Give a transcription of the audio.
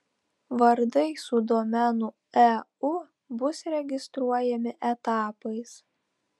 vardai su domenu eu bus registruojami etapais